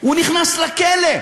הוא נכנס לכלא.